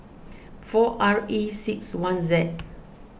four R E six one Z